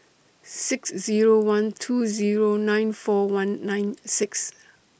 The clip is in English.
six Zero one two Zero nine four one nine six